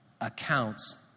accounts